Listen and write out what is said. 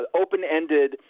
open-ended